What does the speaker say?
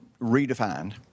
redefined